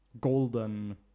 golden